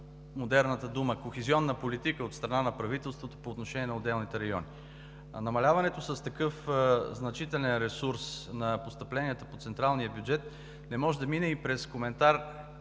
модерната дума е – кохезионна политика от страна на правителството, по отношение на отделните райони. Намаляването с такъв значителен ресурс на постъпленията по централния бюджет не може да мине и през коментар: